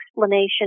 explanation